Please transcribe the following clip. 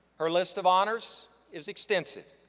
her list of honors is extensive.